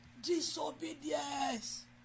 Disobedience